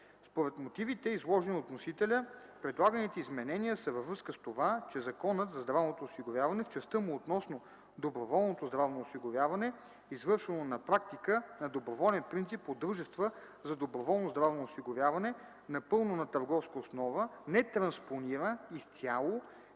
Според мотивите, изложени от вносителя, предлаганите изменения са във връзка с това, че Законът за здравното осигуряване, в частта му относно доброволното здравно осигуряване, извършвано на практика на доброволен принцип от дружества за доброволно здравно